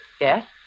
Yes